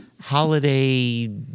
holiday